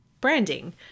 branding